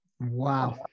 Wow